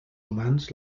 humans